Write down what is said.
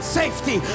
safety